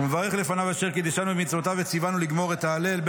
ומברך לפניו אשר קידשנו במצוותיו וציוונו לגמור את ההלל,